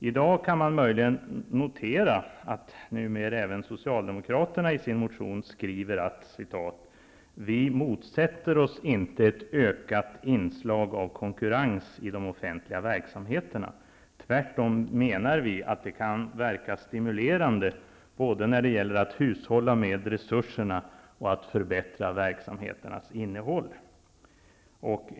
I dag kan man möjligen notera att även Socialdemokraterna i sin motion nu skriver: ''Vi motsätter oss inte ett ökat inslag av konkurrens i de offentliga verksamheterna. Tvärtom menar vi att det kan verka stimulerande både när det gäller att hushålla med resurserna och att förbättra verksamheternas innehåll.''